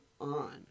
on